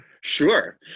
Sure